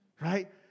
Right